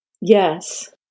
Yes